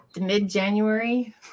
mid-January